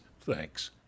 Thanks